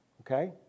okay